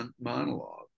monologue